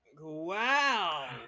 Wow